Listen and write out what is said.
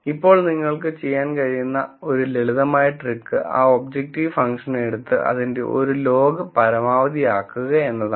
ഇപ്പോൾ നിങ്ങൾക്ക് ചെയ്യാൻ കഴിയുന്ന ഒരു ലളിതമായ ട്രിക്ക് ആ ഒബ്ജക്റ്റീവ് ഫംഗ്ഷൻ എടുത്ത് അതിന്റെ ഒരു ലോഗ് പരമാവധിയാക്കുക എന്നതാണ്